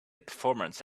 performance